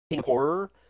horror